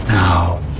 now